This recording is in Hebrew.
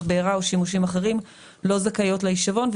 בעירה או שימושים אחרים לא זכאיות להישבון,